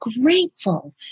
grateful